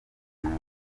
mwiza